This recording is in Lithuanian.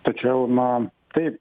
tačiau na taip